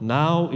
now